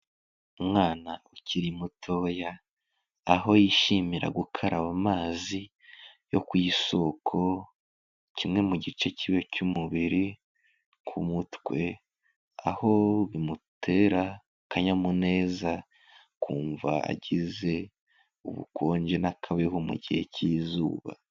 Umwana ukiri mutoya, aho yishimira gukaraba amazi yo ku isoko kimwe mu gice kimwe cy'umubiri, ku mutwe, aho bimutera akanyamuneza kumva agize ubukonje n'akabeho mu gihe cy'izuba.